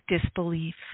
disbelief